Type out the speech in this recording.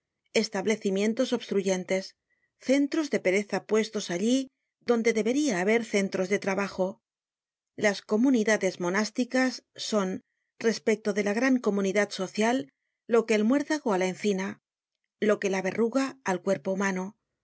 establecimientos obstruyentes centros de pereza puestos allí donde debería haber centros de trabajo las comunidades monásticas son respecto dela gran comunidad social lo que el muérdago á la encina lo que la verruga al cuerpo humanó